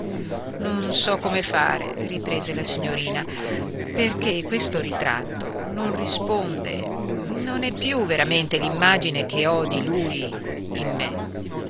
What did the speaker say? non so come fare riprese la signorina perché questo ritratto non risponde non è più veramente l'immagine che ho di lui in me